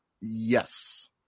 Yes